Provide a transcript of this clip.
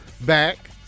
back